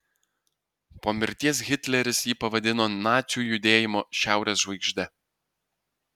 po mirties hitleris jį pavadino nacių judėjimo šiaurės žvaigžde